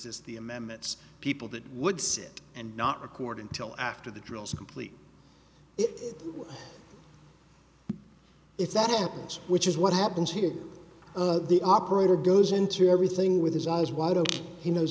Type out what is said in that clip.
sist the amendments people that would sit and not record until after the drills are complete it if that happens which is what happens here the operator goes into everything with his eyes wide open he knows